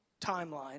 timeline